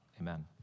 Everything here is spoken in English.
Amen